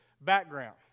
background